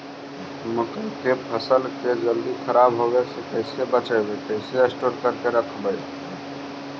मकइ के फ़सल के जल्दी खराब होबे से कैसे बचइबै कैसे स्टोर करके रखबै?